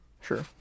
Sure